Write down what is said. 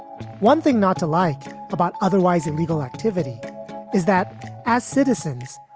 one thing not to like about otherwise illegal activity is that as citizens,